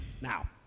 Now